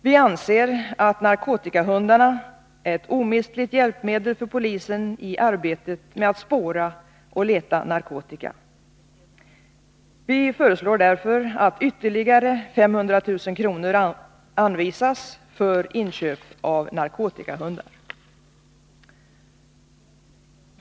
Vi anser att narkotikahundarna är ett omistligt hjälpmedel för polisen i arbetet med att spåra och leta narkotika. Vi föreslår därför att ytterligare 500 000 kr. anvisas för inköp av narkotikahundar.